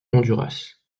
honduras